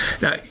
Now